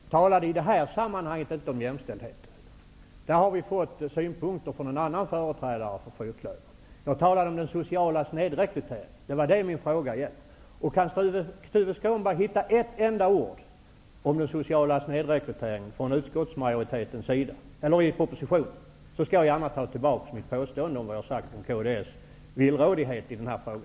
Herr talman! Tala inte i det här sammanhanget om jämställdhet! Där har vi fått synpunkter från en annan företrädare för fyrklövern. Jag talade om den sociala snedrekryteringen. Det är vad min fråga gällde. Kan Tuve Skånberg hitta ett enda ord från utskottsmajoriteten eller i propositionen om den sociala snedrekryteringen, skall jag gärna ta tillbaka mitt påstående om kds villrådighet i denna fråga.